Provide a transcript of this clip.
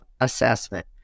assessment